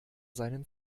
seinen